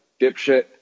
dipshit